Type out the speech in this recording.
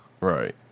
right